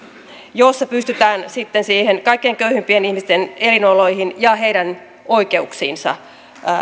joissa pystytään sitten niihin kaikkein köyhimpien ihmisten elinoloihin ja heidän oikeuksiinsa